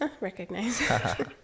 Recognize